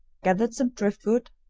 gathered some driftwood,